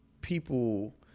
people